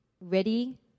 ready